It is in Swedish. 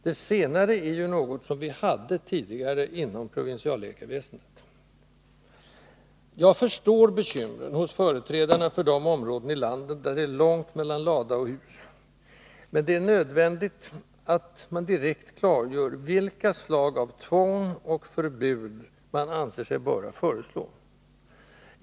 Det senare är ju något som vi hade tidigare Nr 146 inom provinsialläkarväsendet. Jag förstår bekymren hos företrädarna för de områden i landet där det är långt mellan lada och hus, men det är nödvändigt att man direkt klargör vilka slag av tvång och förbud man anser sig böra föreslå.